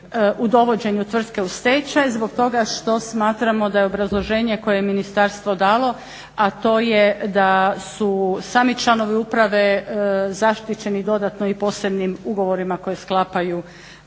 u dovođenje tvrtke u stečaj zbog toga što smatramo da je obrazloženje koje je ministarstvo dalo, a to je da su sami članovi uprave zaštićeni dodatno i posebnim ugovorima koje sklapaju u